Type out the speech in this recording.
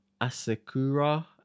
Asakura